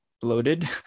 bloated